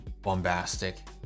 bombastic